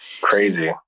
crazy